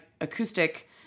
acoustic